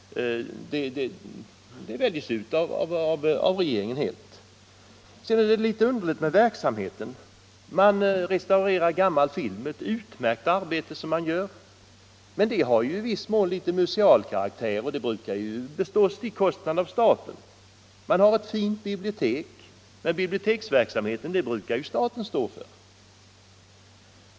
Det är också litet underligt med institutets verksamhet. Man restaurerar gammal film, och därvidlag gör man ett utmärkt arbete, men den verksamheten har ju museal karaktär, och kostnaden för sådant brukar bestås av staten. Man har ett fint bibliotek, men biblioteksverksamhet brukar staten vanligen stå för.